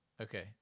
Okay